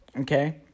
okay